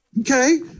Okay